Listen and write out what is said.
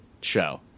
show